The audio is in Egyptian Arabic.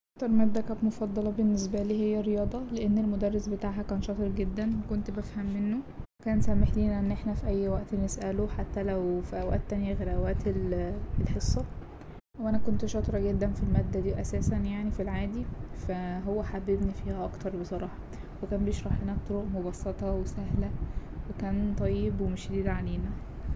أكتر مادة كانت مفضلة بالنسبالي هي الرياضة لأن المدرس بتاعها كان شاطر جدا وكنت بفهم منه وكان سامحلنا إن احنا في أي وقت نسأله حتى لو في أوقات تانية حتى لو في أوقات تانية غير أوقات ال- الحصة وأنا كنت شاطرة جدا في المادة دي أساسا يعني في العادي فا هو حببني فيها أكتر بصراحة وكان بيشرحلنا بطرق مبسطة وسهلة وكان طيب ومش شديد علينا.